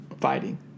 fighting